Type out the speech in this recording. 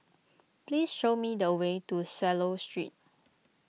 please show me the way to Swallow Street